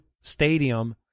stadium